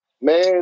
Man